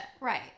Right